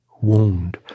wound